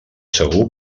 segur